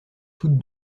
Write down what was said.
toutes